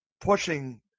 pushing